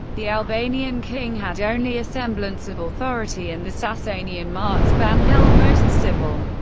the albanian king had only a semblance of authority, and the sasanian marzban held most civil,